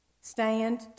stand